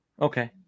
okay